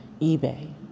eBay